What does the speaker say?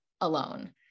alone